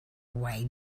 way